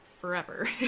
forever